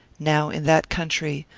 now in that country,